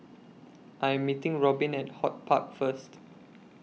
I Am meeting Robin At HortPark First